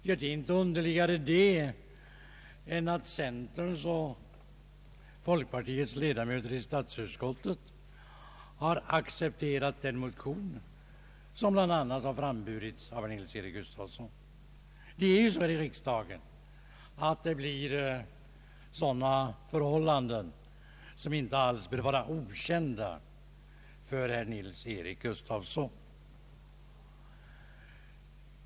Det är inte underligare än att centerns och folkpartiets ledamöter i statsutskottet har accepterat den motion som väckts av bl.a. herr Nils-Eric Gustafsson. Det blir sådana förhållanden i riksdagen, vilket inte alls bör vara okänt för herr Gustafsson.